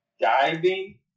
diving